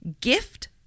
gift